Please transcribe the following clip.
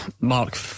Mark